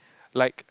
like